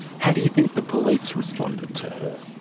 how do you think the police responded to her?